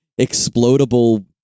explodable